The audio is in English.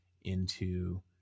into-